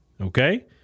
Okay